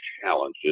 challenges